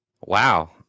Wow